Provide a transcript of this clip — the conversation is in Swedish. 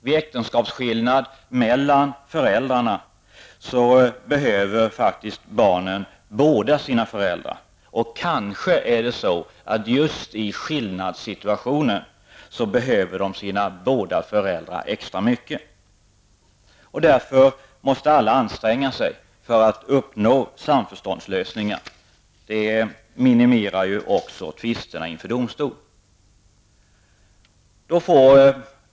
Vid äktenskapsskillnad mellan föräldrarna behöver faktiskt barnen båda sina föräldrar, och kanske behöver de sina båda föräldrar extra mycket just i skillnadssituationen. Därför måste alla anstränga sig att uppnå samförståndslösningar. Det minimerar ju också tvisterna inför domstol.